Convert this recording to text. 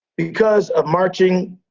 because of marching,